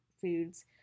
foods